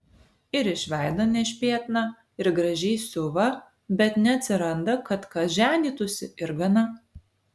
ir iš veido nešpėtna ir gražiai siuva bet neatsiranda kad kas ženytųsi ir gana